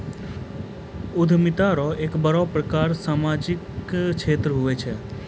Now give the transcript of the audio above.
उद्यमिता रो एक बड़ो प्रकार सामाजिक क्षेत्र हुये छै